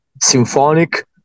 symphonic